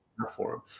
platform